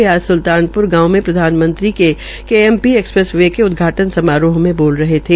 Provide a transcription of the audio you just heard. वे आज स्ल्लानप्र गांव में प्रधानमंत्री के केएमपी एक्सप्रेस वे के उदघाटन समारोह में बोल रहे थे